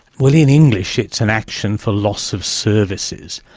well, in english it's an action for loss of services.